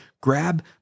grab